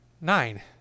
Nine